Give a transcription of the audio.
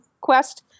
quest